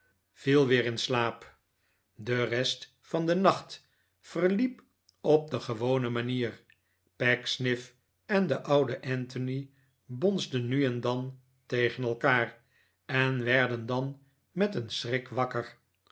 viel weer in slaap de rest van den nacht verliep op de gewone manier pecksniff en de oude anthony bonsden nu en dan tegen elkaar en werden dan met een schrik wakker